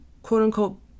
quote-unquote